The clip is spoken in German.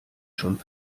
schon